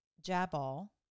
Jabal